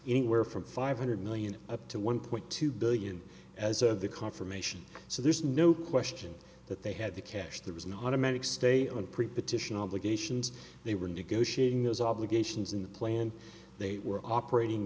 anywhere from five hundred million up to one point two billion as a confirmation so there's no question that they had the cash there was an automatic stay on pre partition obligations they were negotiating those obligations in the plan they were operating